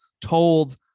told